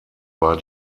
war